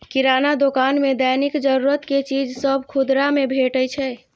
किराना दोकान मे दैनिक जरूरत के चीज सभ खुदरा मे भेटै छै